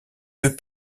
deux